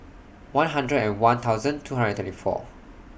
one hundred and one thousand twenty four